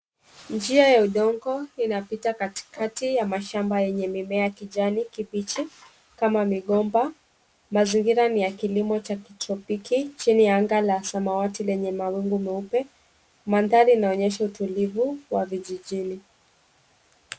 Njia ya udongo inapita katikati ya mashamba yenye mimea ya kijani kibichi kama migomba. Mazingira ni ya kilimo cha kitropiki chini ya angani la samawati lenye mawingu meupe. Mandhari inaonyesha utulivu wa vijijini.